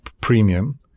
premium